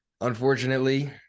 unfortunately